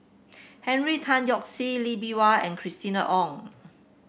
Henry Tan Yoke See Lee Bee Wah and Christina Ong